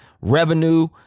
revenue